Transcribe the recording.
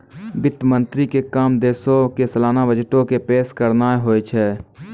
वित्त मंत्री के काम देशो के सलाना बजटो के पेश करनाय होय छै